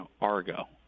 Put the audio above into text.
Argo